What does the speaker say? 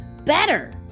better